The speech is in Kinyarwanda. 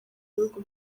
ibihugu